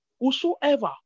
whosoever